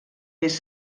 més